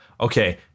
Okay